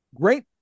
Great